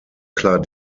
klar